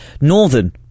northern